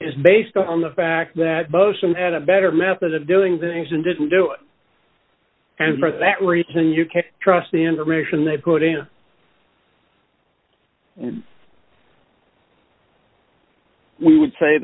is based on the fact that both some had a better method of doing things and didn't do it and for that reason you can't trust the information they put in we would say